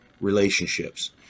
relationships